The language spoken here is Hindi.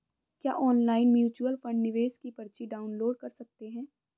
क्या ऑनलाइन म्यूच्यूअल फंड निवेश की पर्ची डाउनलोड कर सकते हैं?